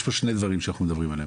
יש פה שני דברים שאנחנו מדברים עליהם,